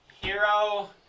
hero